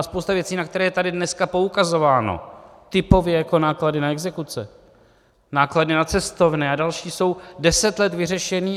A spousta věcí, na které je tady dneska poukazováno, typově jako náklady na exekuce, náklady na cestovné, jsou deset let vyřešeny.